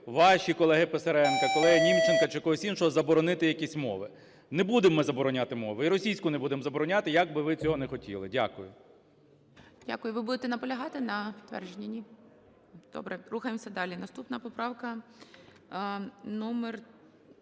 ваші, колего Писаренко, колеги Німченка чи когось іншого заборонити якісь мови. Не будемо ми забороняти мови і російську не будемо забороняти, як би ви цього не хотіли. Дякую. ГОЛОВУЮЧИЙ. Дякую. Ви будете наполягати на підтвердженні, ні? Добре, рухаємось далі. Наступна поправка